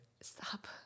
Stop